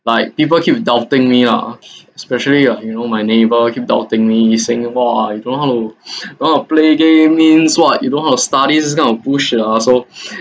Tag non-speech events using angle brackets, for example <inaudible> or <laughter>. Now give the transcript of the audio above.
like people keep with doubting me lah especially uh you know my neighbour keep doubting me saying !wah! you know how to <breath> you know how to play game means what you know how to study this kind of bullshit lah so <breath>